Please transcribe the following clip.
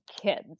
kids